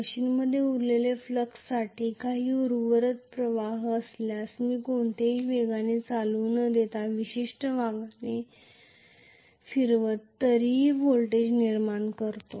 मशीनमध्ये उरलेले फ्लक्ससाठी काही उर्वरित प्रवाह असल्यास मी कोणत्याही वेगाने करंट न देता विशिष्ट वेगाने फिरवितो तरीही व्होल्टेज निर्माण करतो